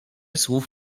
słów